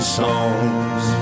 songs